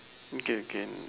okay we can